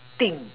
thing